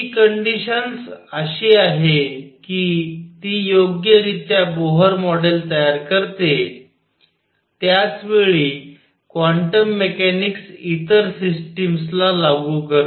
ही conditions अशी आहे की ती योग्यरित्या बोहर मॉडेल तयार करते त्याच वेळी क्वांटम मेकॅनिक्स इतर सिस्टिम्सला लागू करते